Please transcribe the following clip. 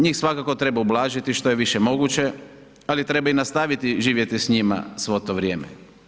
Njih svakako treba ublažiti što je više moguće, ali treba i nastaviti živjeti s njima svo to vrijeme.